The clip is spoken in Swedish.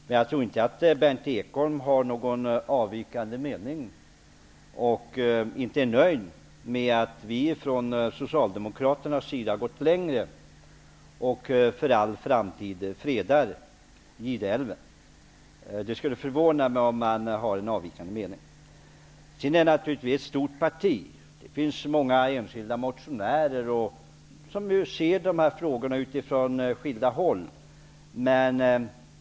Men jag tror inte att Berndt Ekholm har någon avvikande mening, och att han inte är nöjd med att vi från socialdemokraternas sida går längre och för all framtid fredar Gideälven. Det skulle förvåna mig om han har en avvikande mening. Det socialdemokratiska partiet är som bekant ett stort parti. Det finns många enskilda motionärer som ser på dessa frågor från skilda håll.